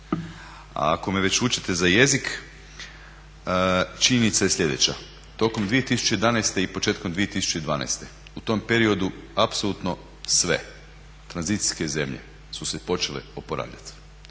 Ako me već vučete za jezik, činjenica je sljedeća. Tokom 2011. i početkom 2012, u tom periodu apsolutno sve tranzicijske zemlje su se počele oporavljati.